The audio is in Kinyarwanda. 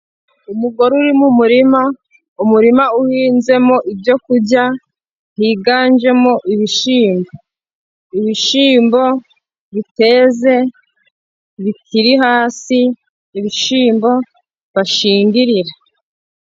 Umugore uri mu murima, umurima uhinzemo ibyo kurya higanjemo ibishyimbo. Ibishyimbo biteze, bikiri hasi, ibishyimbo bashingirira.